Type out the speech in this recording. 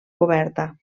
coberta